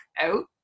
out